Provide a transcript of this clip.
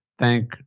thank